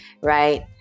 right